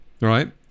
right